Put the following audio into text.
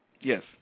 Yes